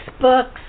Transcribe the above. books